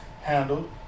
handled